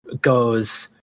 goes